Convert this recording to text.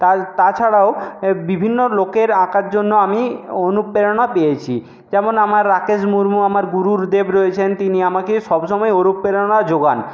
তাই তাছাড়াও বিভিন্ন লোকের আঁকার জন্য আমি অনুপ্রেরণা পেয়েছি যেমন আমার রাকেশ মূর্মূ আমার গুরুদেব রয়েছেন তিনি আমাকে সবসময় অনুপ্রেরণা জোগান